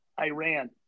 Iran